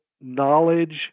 knowledge